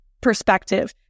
perspective